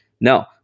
no